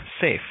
safe